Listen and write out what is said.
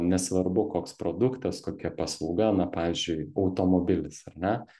nesvarbu koks produktas kokia paslauga na pavyzdžiui automobilis ar ne